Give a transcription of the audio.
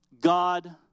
God